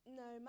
no